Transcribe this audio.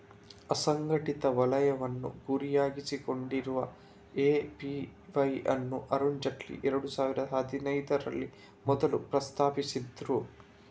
ಅಸಂಘಟಿತ ವಲಯವನ್ನ ಗುರಿಯಾಗಿಸಿಕೊಂಡಿರುವ ಎ.ಪಿ.ವೈ ಅನ್ನು ಅರುಣ್ ಜೇಟ್ಲಿ ಎರಡು ಸಾವಿರದ ಹದಿನೈದರಲ್ಲಿ ಮೊದ್ಲು ಪ್ರಸ್ತಾಪಿಸಿದ್ರು